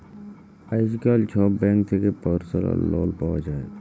আইজকাল ছব ব্যাংক থ্যাকে পার্সলাল লল পাউয়া যায়